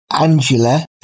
Angela